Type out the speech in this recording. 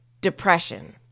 depression